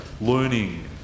learning